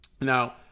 Now